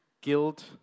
Guilt